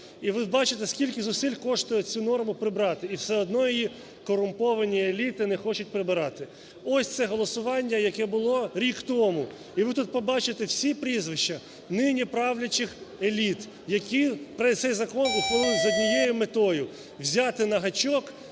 І ви бачите, скільки зусиль коштує цю норму прибрати. І все одно її корумповані еліти не хочуть прибирати. Ось це голосування, яке було рік тому. І ви тут побачите всі прізвища нині правлячих еліт, які цей закон ухвалили з однією метою: взяти на гачок